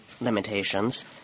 limitations